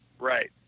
Right